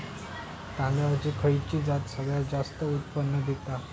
तांदळाची खयची जात सगळयात जास्त उत्पन्न दिता?